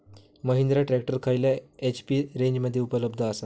Mahindra tractor खयल्या HP रेंजमध्ये उपलब्ध आसा?